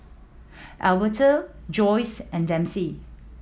Alberto Joyce and Dempsey